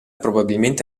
probabilmente